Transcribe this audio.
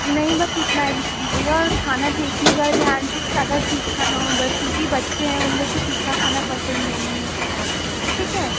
नहीं बस इतना ही लिख लीजिएगा और खाना देखिएगा ध्यान से ज़्यादा तीखा ना हो बस क्योंकि बच्चे हैं उन लोग को तीखा खाना पसंद नहीं है ठीक है